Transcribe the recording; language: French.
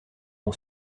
bon